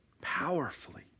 powerfully